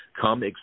Come